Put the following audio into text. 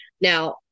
now